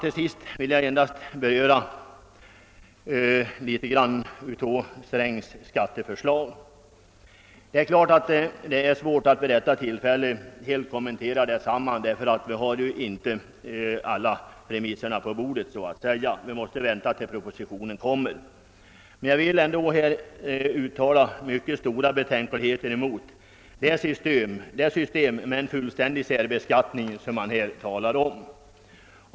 Till sist vill jag något beröra herr Strängs skatteförslag. Det är svårt att vid detta tillfälle utförligare kommentera detta förslag, eftersom ännu inte alla premisserna föreligger. Vi måste vänta med den mer ingående diskussionen till dess skattepropositionen kommit. Jag vill dock uttala mycket starka betänkligheter mot det system med fullständig särbeskattning som det har talats om.